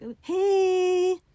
Hey